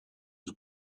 the